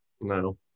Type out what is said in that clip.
no